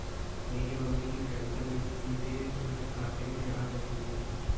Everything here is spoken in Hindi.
मेरी मम्मी की पेंशन निधि सीधे उनके खाते में आ जाती है